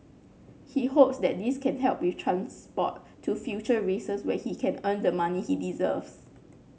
he hopes that this can help with transport to future races where he can earn the money he deserves